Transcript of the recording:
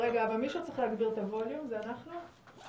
קודם כול העניין הראשון הוא העניין